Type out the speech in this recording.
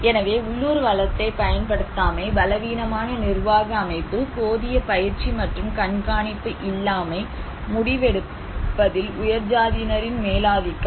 எனவே உள்ளூர் வளத்தை பயன்படுத்தாமை பலவீனமான நிர்வாக அமைப்பு போதிய பயிற்சி மற்றும் கண்காணிப்பு இல்லாமை முடிவெடுப்பதில் உயர்சாதியினரின் மேலாதிக்கம்